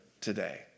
today